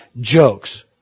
jokes